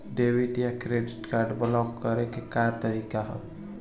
Debit या credit card block करे के का तरीका ह?